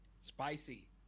Spicy